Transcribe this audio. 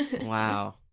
Wow